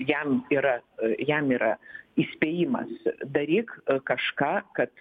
jam yra jam yra įspėjimas daryk kažką kad